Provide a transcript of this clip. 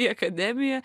į akademiją